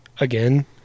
again